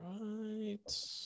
Right